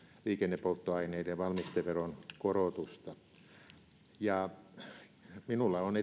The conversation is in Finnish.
liikennepolttoaineiden valmisteveron korotusta minulla on